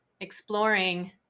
exploring